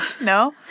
No